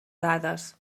dades